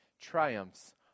triumphs